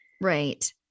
Right